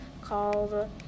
called